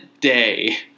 day